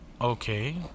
Okay